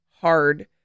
hard